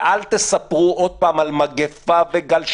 אל תספרו עוד פעם על מגיפה וגל שני.